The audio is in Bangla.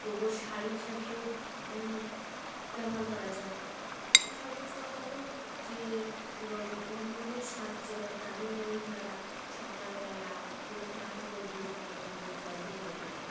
গোবর সার হিসাবেও ব্যবহার করা যায় এবং সর্বোচ্চ কথা হলো যে গোম হিন্দু শাস্ত্রে বা গ্রামীণ মহিলারা সকালবেলা উঠান প্রবেশ দ্বার গোবর জল দিয়ে লেপে দেয়